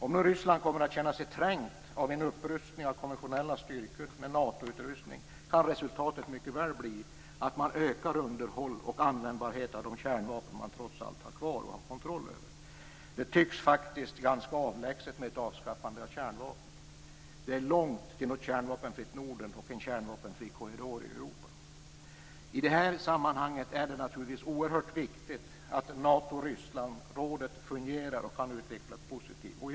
Om nu Ryssland kommer att känna sig trängt av en upprustning av konventionella styrkor med Natoutrustning kan resultatet mycket väl bli att man ökar underhåll och användbarhet av de kärnvapen man trots allt har kvar och har kontroll över. Det tycks faktiskt ganska avlägset med ett avskaffande av kärnvapnen. Det är långt till ett kärnvapenfritt Norden och en kärnvapenfri korridor i Europa. I det här sammanhanget är det naturligtvis oerhört viktigt att Nato-Ryssland-rådet fungerar och kan utvecklas positivt.